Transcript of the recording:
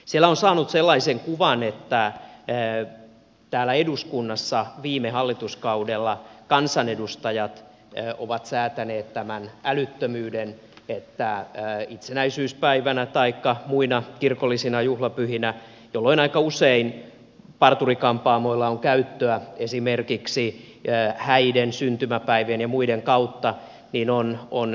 siellä on saanut sellaisen kuvan että täällä eduskunnassa viime hallituskaudella kansanedustajat ovat säätäneet tämän älyttömyyden että itsenäisyyspäivänä taikka muina kirkollisina juhlapyhinä jolloin aika usein parturi kampaamoilla on käyttöä esimerkiksi häiden syntymäpäivien ja muiden kautta on huono